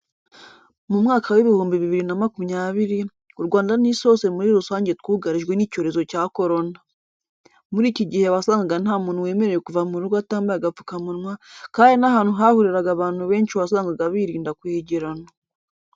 Mu mwaka w'ibihumbi bibiri na makumyabiri, u Rwanda n'isi yose muri rusange twugarijwe n'icyorezo cya Korona. Muri iki gihe wasangaga nta muntu wemerewe kuva mu rugo atambaye agapfukamunwa, kandi n'ahantu hahuriraga abantu benshi wasangaga birinda kwegerana.